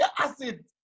acid